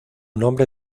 nombre